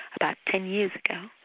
about ten years ago,